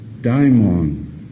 daimon